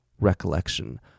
recollection